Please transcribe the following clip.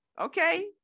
okay